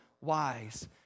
wise